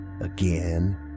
again